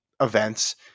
events